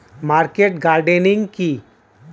Market gardening কি?